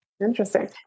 Interesting